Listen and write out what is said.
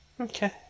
Okay